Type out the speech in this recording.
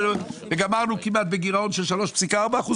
הייתם צריכים להגיע ל-500 מיליארד.